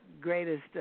greatest